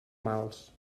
mals